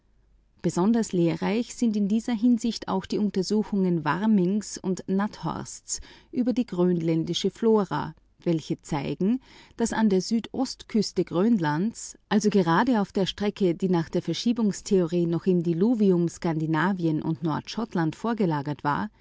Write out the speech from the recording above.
abriß lehrreich sind in dieser hinsicht auch die untersuchungen warmings und nathorsts über die grönländische flora welche zeigen daß an der südostküste grönlands also gerade auf der strecke welche nach der verschiebungstheorie noch im diluvium skandinavien und nordschottland vorgelagert war